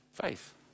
Faith